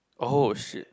oh shit